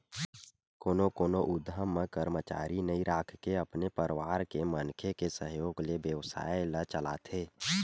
कोनो कोनो उद्यम म करमचारी नइ राखके अपने परवार के मनखे के सहयोग ले बेवसाय ल चलाथे